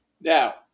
Now